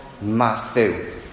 Matthew